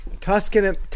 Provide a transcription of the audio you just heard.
Tuscan